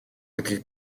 гэдгийг